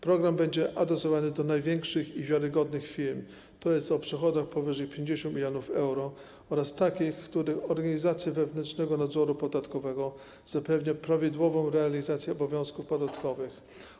Program będzie adresowany do największych i wiarygodnych firm, tj. o przychodach powyżej 50 mln euro oraz takich, których organizacja wewnętrznego nadzoru podatkowego zapewnia prawidłową realizację obowiązków podatkowych.